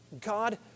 God